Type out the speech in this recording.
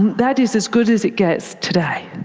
that is as good as it gets today.